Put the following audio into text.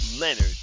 Leonard